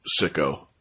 sicko